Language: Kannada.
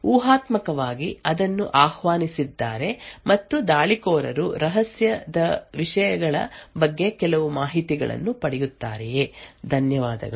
ಊಹಾತ್ಮಕವಾಗಿ ಅದನ್ನು ಆಹ್ವಾನಿಸಿದ್ದಾರೆ ಮತ್ತು ದಾಳಿಕೋರರು ರಹಸ್ಯದ ವಿಷಯಗಳ ಬಗ್ಗೆ ಕೆಲವು ಮಾಹಿತಿಯನ್ನು ಪಡೆಯುತ್ತಾರೆಯೇ ಧನ್ಯವಾದಗಳು